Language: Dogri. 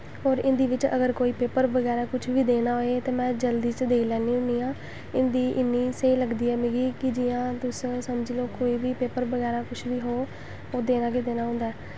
होर हिन्दी बिच्च अगर कोई पेपर बगैरा कुछ बी देना होऐ ते में जल्दी च देई लैन्नी होन्नी आं हिन्दी इन्नी स्हेई लगदी ऐ मिगी कि जियां कि तुसें समझी लैओ कोई बी पेपर बगैरा कुछ बी हो ओह् देना गै देना होंदा ऐ